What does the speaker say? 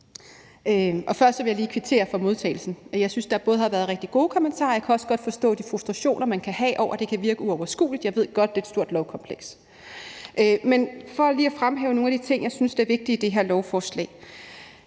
Først vil jeg lige kvittere for modtagelsen. Jeg synes, der har været rigtig gode kommentarer, og jeg kan også godt forstå de frustrationer, man kan have, over, at det kan virke uoverskueligt. Jeg ved godt, at det er et stort lovkompleks. Men for lige at fremhæve nogle af de ting, jeg synes er vigtige i det her lovforslag,